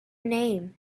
name